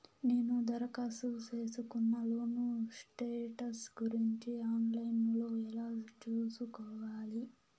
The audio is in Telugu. నేను దరఖాస్తు సేసుకున్న లోను స్టేటస్ గురించి ఆన్ లైను లో ఎలా సూసుకోవాలి?